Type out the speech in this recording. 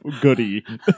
goody